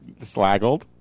Slaggled